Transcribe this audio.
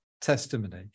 testimony